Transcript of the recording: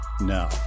Now